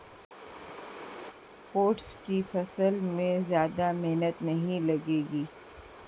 oats की फसल में ज्यादा मेहनत नहीं लगेगी